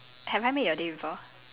have I made your day before